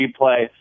replay